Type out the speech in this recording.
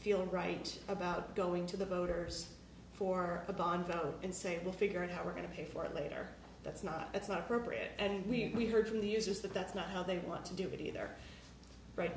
feel right about going to the voters for a bond and say we'll figure out how we're going to pay for it later that's not it's not appropriate and we've heard from the users that that's not how they want to do it either right